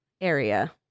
area